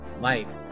life